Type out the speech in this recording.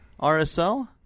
RSL